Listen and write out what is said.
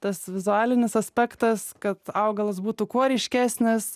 tas vizualinis aspektas kad augalas būtų kuo ryškesnis